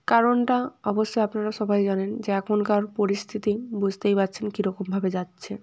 কারণটা অবশ্যই আপনারা সবাই জানেন যে এখনকার পরিস্থিতি বুঝতেই পারছেন কিরকমভাবে যাচ্ছে